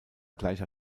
gleicher